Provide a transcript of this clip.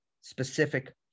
specific